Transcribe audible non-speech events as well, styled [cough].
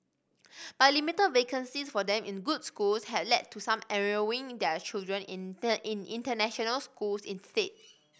but limited vacancies for them in good schools have led to some enrolling their children [unintelligible] in international schools instead